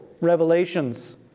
revelations